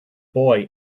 boy